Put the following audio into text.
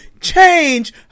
change